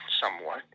somewhat